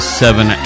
seven